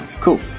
Cool